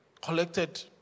collected